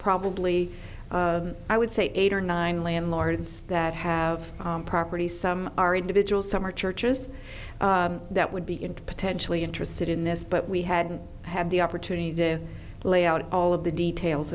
probably i would say eight or nine landlords that have properties some are individuals some are churches that would be in to potentially interested in this but we hadn't had the opportunity to lay out all of the details